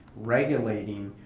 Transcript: regulating,